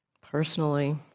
personally